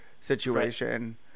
situation